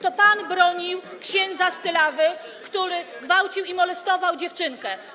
To pan bronił księdza z Tylawy, który gwałcił i molestował dziewczynkę.